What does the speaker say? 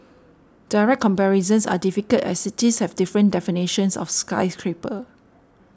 direct comparisons are difficult as cities have different definitions of skyscraper